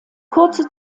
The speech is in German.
kurze